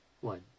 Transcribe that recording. One